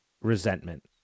Resentment